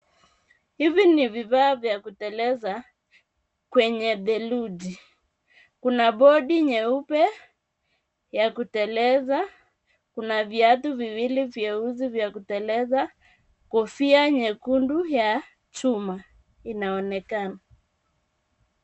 Hivi ni vifaa vya kuteleza kwenye theluji kuna bodi nyeupe ya kuteleza kuna viatu viwili vyeusi vya kuteleza kofia nyekundu ya chuma inaonekana